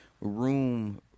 room